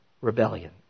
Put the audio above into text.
Rebellion